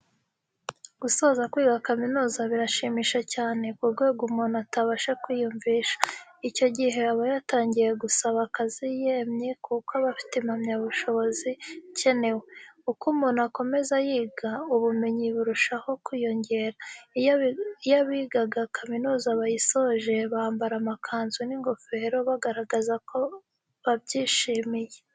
Gusoza kwiga kaminuza birashimisha cyane ku rwego umuntu atabasha kwiyumvisha. Icyo gihe aba yatangira gusaba akazi yemye kuko aba afite impamyabushobozi ikenewe. Uko umuntu akomeza yiga, ubumenyi burushaho kwiyongera. Iyo abigaga kaminuza bayisoje, bambara amakanzu n'ingofero bagaragaza ko babyishimiye.